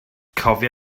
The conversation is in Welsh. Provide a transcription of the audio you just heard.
cofia